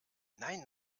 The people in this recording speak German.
nein